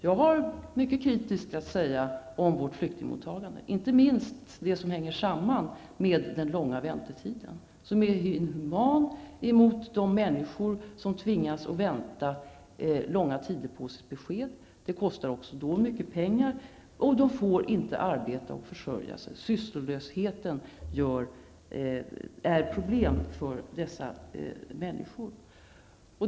Jag har varit mycket kritisk angående flyktingmottagandet, inte minst det som hänger samman med den långa väntetiden. Det är inhumant mot de människor som tvingas att vänta långa tider på besked. Det kostar också mycket pengar, och människorna får inte arbeta för att kunna försörja sig. Sysslolösheten är ett problem för dessa människor.